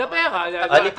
תודה רבה, אדוני היושב-ראש.